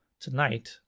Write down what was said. tonight